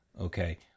Okay